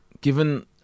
Given